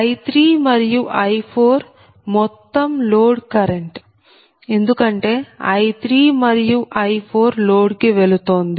I3 మరియు I4మొత్తం load current ఎందుకంటే I3 మరియు I4 లోడ్ కు వెళుతోంది